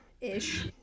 ish